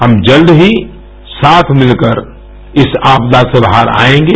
हम जल्द ही साथ मिलकर इस आपदा से बाहर आएंगे